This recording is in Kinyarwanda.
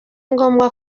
ngombwa